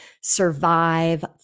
survive